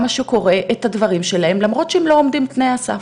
שקורא את הדברים שלהם למרות שהם לא עומדים בתנאי הסף.